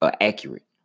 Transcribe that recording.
accurate